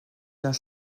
tint